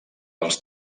els